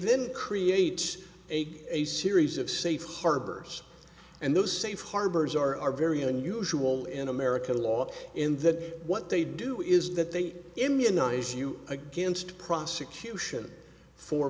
then create a a series of safe harbors and those safe harbors are are very unusual in american law in that what they do is that they immunize you against prosecution for